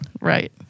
Right